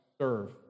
serve